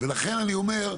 ולכן אני אומר,